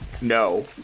no